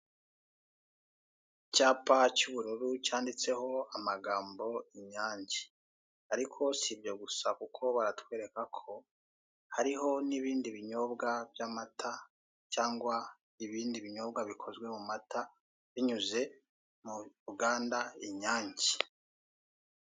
Icyapa cy'ubururu, cyanditseho amagambo "Inyange". Ariko si ibyo gusa, kuko baratwereka ko hariho n'ibindi binyobwa by'amata, cyangwa ibindi binyobwa bikoze mu mata, binyuze mu ruganda Inyange.